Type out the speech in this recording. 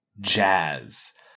Jazz